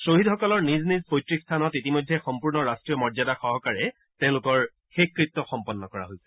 শ্বহীদসকলৰ নিজ নিজ পৈত্ৰিক স্থানত ইতিমধ্যে সম্পূৰ্ণ ৰাষ্ট্ৰীয় মৰ্যাদা সহকাৰে তেওঁলোকৰ শেষকৃত্য সম্পন্ন কৰা হৈছে